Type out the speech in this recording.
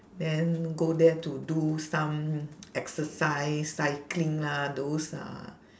then go there to do some exercise cycling lah those uh